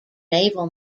naval